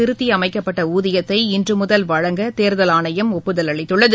திருத்தியமைக்கப்பட்டஊதியத்தை இன்றுமுதல் வழங்க தோ்தல் ஆணையம் ஒப்புதல் அளித்துள்ளது